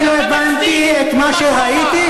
אני לא הבנתי את מה שראיתי,